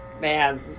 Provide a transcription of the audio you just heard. Man